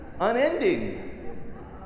Unending